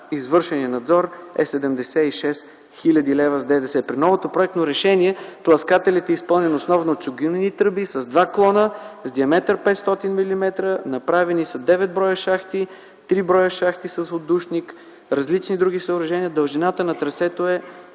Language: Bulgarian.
извършения надзор е 76 хил. лв. с ДДС. При новото проектно решение тласкателят е изпълнен основно с чугунени тръби с два клона, с диаметър 500 мм, направени са 9 броя шахти, 3 бр. шахти с отдушник, различни други съоръжения. Дължината на трасето е